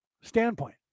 standpoint